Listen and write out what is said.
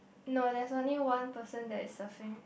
no there's only one person that is surfing